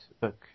book